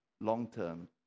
long-term